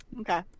Okay